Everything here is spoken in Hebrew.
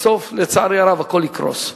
בסוף, לצערי הרב, הכול יקרוס.